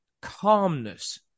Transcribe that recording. calmness